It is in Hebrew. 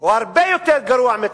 הוא הרבה יותר גרוע מתאצ'ר.